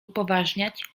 upoważniać